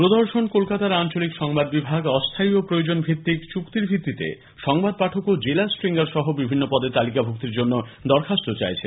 দ্রদর্শন কলকাতার আঞ্চলিক সংবাদবিভাগ অস্থায়ী ও প্রয়োজনভিত্তিক চুক্তির ভিত্তিতে সংবাদ পাঠক ও জেলা স্ট্রিংগার সহ বিভিন্ন পদে তালিকাভুক্তির জন্য দরখাস্ত চাইছে